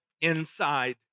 inside